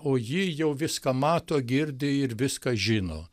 o ji jau viską mato girdi ir viską žino